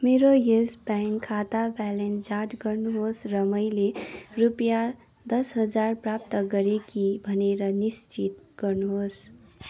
मेरो Yes bank खाता balance जाँच गर्नुहोस् र मैले रुपियाँ दस हजार प्राप्त गरेँ कि भनेर निश्चित गर्नुहोस्